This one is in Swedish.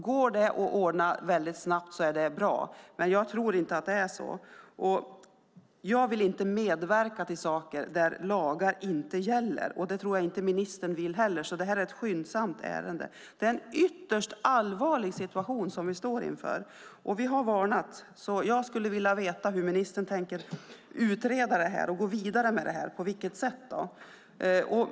Går det att ordna snabbt är det bra, men jag tror inte att det är så. Jag vill inte medverka till saker där lagar inte gäller, och det tror jag inte ministern vill heller. Det här är ett skyndsamt ärende. Det är en ytterst allvarlig situation som vi står inför. Vi har varnat. Jag skulle vilja veta hur ministern tänker utreda och gå vidare med det här, på vilket sätt.